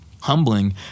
humbling